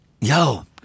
Yo